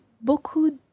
beaucoup